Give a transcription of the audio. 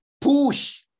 Push